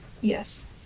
Yes